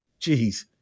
Jeez